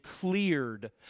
cleared